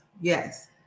Yes